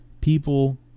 people